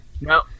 No